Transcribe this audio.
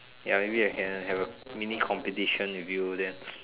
ya maybe I can have a mini competition with you then